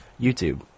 YouTube